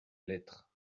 lettre